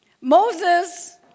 Moses